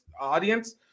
audience